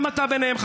גם אתה ביניהם,